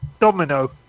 Domino